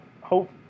hope